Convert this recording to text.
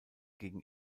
gegen